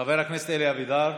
חבר הכנסת אלי אבידר,